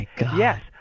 Yes